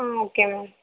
ah okay ma'am